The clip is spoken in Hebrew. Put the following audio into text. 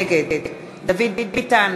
נגד דוד ביטן,